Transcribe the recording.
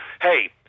hey